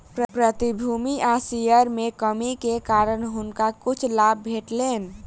प्रतिभूति आ शेयर में कमी के कारण हुनका किछ लाभ भेटलैन